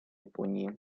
японии